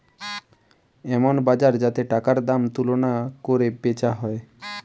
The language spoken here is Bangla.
এমন বাজার যাতে টাকার দাম তুলনা কোরে বেচা হয়